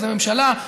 את הממשלה.